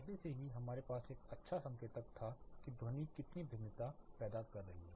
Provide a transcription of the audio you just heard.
पहले से ही हमारे पास एक अच्छा संकेतक था कि ध्वनि कितनी भिन्नता पैदा कर रही है